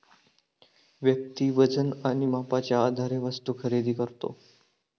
व्यक्ती वजन आणि मापाच्या आधारे वस्तू खरेदी करतो